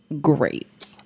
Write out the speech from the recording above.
great